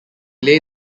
lay